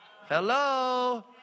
Hello